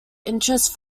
interest